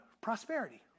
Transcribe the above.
prosperity